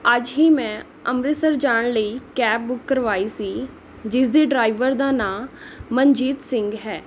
ਅੱਜ ਹੀ ਮੈਂ ਅੰਮ੍ਰਿਤਸਰ ਜਾਣ ਲਈ ਕੈਬ ਬੁੱਕ ਕਰਵਾਈ ਸੀ ਜਿਸਦੇ ਡਰਾਈਵਰ ਦਾ ਨਾਂ ਮਨਜੀਤ ਸਿੰਘ ਹੈ